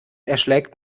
erschlägt